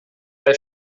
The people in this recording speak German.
bei